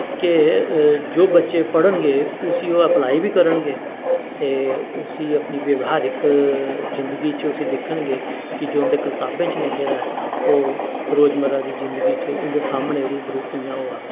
के जो बच्चे पढ़न गे उसी ओह् अप्लाई बी करन गे ते उसी अपनी ब्यवाहरक जिन्दगी च उसी दिक्खन गे कि जो उं'दी कताबें च लिखे दा ऐ ओह् रोजमर्रा दी जिन्दगी च उं'दे सामनै रू बरू कि'यां होआ दा ऐ